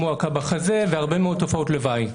מועקה בחזה והרבה מאוד תופעות לוואי.